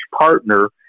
partner